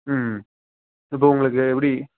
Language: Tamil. ம் இப்போ உங்களுக்கு எப்படி